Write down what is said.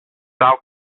thou